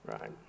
Right